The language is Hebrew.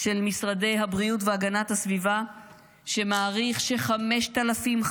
של משרדי הבריאות והגנת הסביבה שמעריך ש-5,500